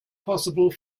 possible